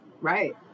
right